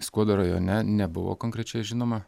skuodo rajone nebuvo konkrečiai žinoma